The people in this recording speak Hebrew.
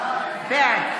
בעד.